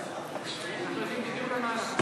חד"ש לסעיף